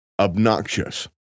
obnoxious